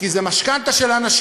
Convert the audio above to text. כי זה משכנתה של אנשים,